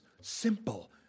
simple